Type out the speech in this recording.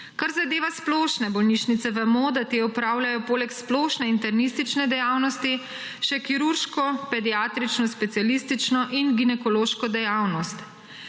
Kar zadeva splošne bolnišnice, vemo, da te opravljajo poleg splošne internistične dejavnosti še kirurško, pediatrično, specialistično in ginekološko dejavnost.